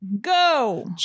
go